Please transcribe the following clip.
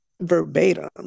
verbatim